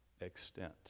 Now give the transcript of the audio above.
extent